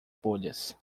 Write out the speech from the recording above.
bolhas